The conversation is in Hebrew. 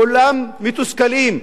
כולם מתוסכלים?